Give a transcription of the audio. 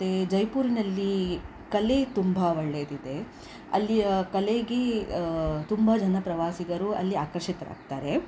ಮತ್ತು ಜೈಪುರಿನಲ್ಲಿ ಕಲೆ ತುಂಬ ಒಳ್ಳೆಯದಿದೆ ಅಲ್ಲಿಯ ಕಲೆಗೆ ತುಂಬ ಜನ ಪ್ರವಾಸಿಗರು ಅಲ್ಲಿ ಆಕರ್ಷಿತರಾಗ್ತಾರೆ